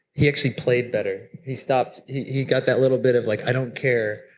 he actually played better. he stopped he got that little bit of like, i don't care,